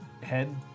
head